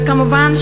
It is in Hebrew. וכמובן,